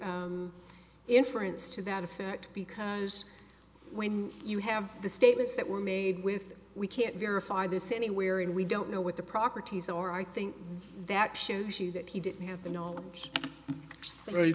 inference to that effect because when you have the statements that were made with we can't verify this anywhere and we don't know what the properties or i think that shows you that he didn't have the know